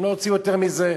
לא רוצים יותר מזה.